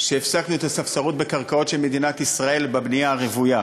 שהפסקנו את הספסרות בקרקעות של מדינת ישראל בבנייה הרוויה.